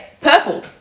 Purple